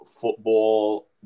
football